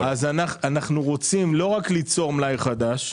-- אנחנו לא רק רוצים ליצור מלאי חדש,